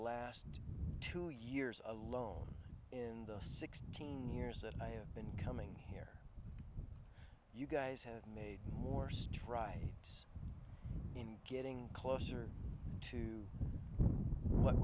last two years alone in the sixteen years that i have been coming here you guys have made more strides in getting closer to what